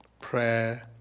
prayer